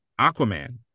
Aquaman